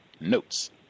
notes